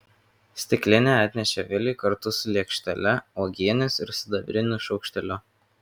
stiklinę atnešė viliui kartu su lėkštele uogienės ir sidabriniu šaukšteliu